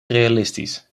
realistisch